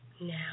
Now